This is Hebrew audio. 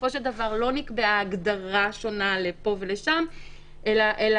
בסופו של דבר לא נקבעה הגדרה שונה לכאן ולשם אלא